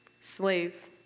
slave